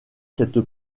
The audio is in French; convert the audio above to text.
cette